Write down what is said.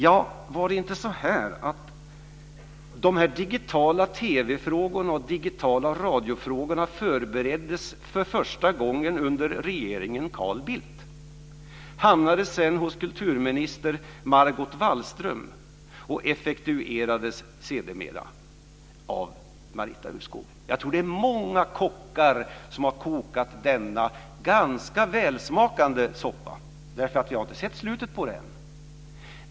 Var det inte så att de här digital-TV och digitalradiofrågorna förbereddes för första gången under regeringen Carl Bildt, att de sedan hamnade hos kulturminister Margot Wallström och sedermera effektuerades av Marita Ulvskog? Jag tror att det är många kockar som har kokat denna ganska välsmakande soppa. Vi har ännu inte sett slutet på detta.